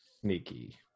Sneaky